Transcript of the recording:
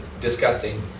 disgusting